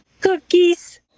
Cookies